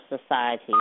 Society